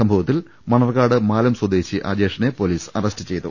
സംഭവത്തിൽ മണർകാട് മാലം സ്വദേശി അജേഷിനെ പൊലിസ് അറസ്റ്റ് ചെയ് തു